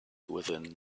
within